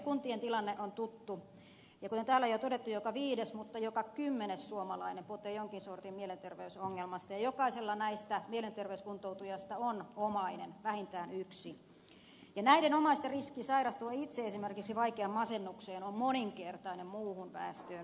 kuntien tilanne on tuttu ja kuten täällä on jo todettu joka viides nuori ja joka kymmenes suomalainen potee jonkin sortin mielenterveysongelmaa ja jokaisella näistä mielenterveyskuntoutujista on vähintään yksi omainen ja näiden omaisten riski sairastua itse esimerkiksi vaikeaan masennukseen on moninkertainen muuhun väestöön verrattuna